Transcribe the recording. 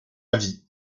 avis